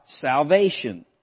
salvation